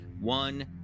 One